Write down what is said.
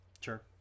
Sure